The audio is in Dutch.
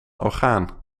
orgaan